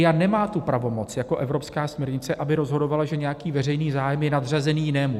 EIA nemá tu pravomoc jako evropská směrnice, aby rozhodovala, že nějaký veřejný zájem je nadřazený jinému.